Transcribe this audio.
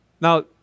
Now